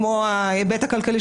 חברי הכנסת,